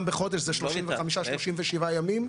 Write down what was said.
זה 35 או 37 ימים,